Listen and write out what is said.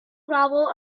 gravel